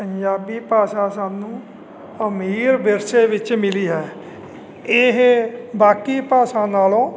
ਪੰਜਾਬੀ ਭਾਸ਼ਾ ਸਾਨੂੰ ਅਮੀਰ ਵਿਰਸੇ ਵਿੱਚ ਮਿਲੀ ਹੈ ਇਹ ਬਾਕੀ ਭਾਸ਼ਾ ਨਾਲੋਂ